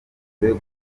nkunze